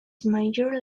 major